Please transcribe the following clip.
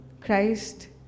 Christ